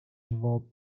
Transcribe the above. involved